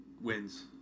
wins